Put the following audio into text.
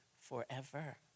forever